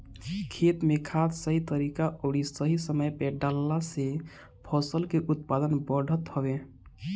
खेत में खाद सही तरीका अउरी सही समय पे डालला से फसल के उत्पादन बढ़त हवे